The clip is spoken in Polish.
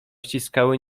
ściskały